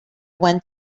went